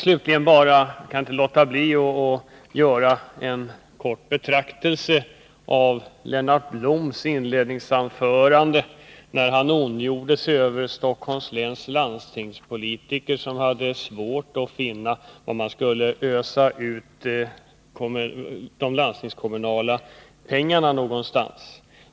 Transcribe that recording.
Slutligen kan jag inte låta bli att göra en kort betraktelse över Lennart Bloms inledningsanförande. Han ondgjorde sig över Stockholms läns 11 landstingspolitiker, som hade svårt att finna ändamål att ösa ut de landstingskommunala pengarna på.